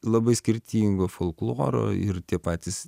labai skirtingo folkloro ir tie patys